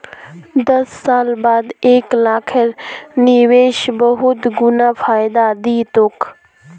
दस साल बाद एक लाखेर निवेश बहुत गुना फायदा दी तोक